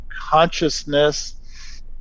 consciousness